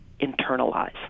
internalize